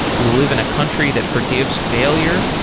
we live in a country that forgives failure.